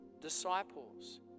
disciples